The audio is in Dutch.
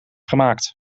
gemaakt